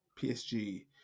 PSG